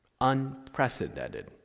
unprecedented